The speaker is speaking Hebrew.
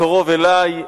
הקרוב אלי,